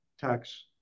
tax